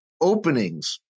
openings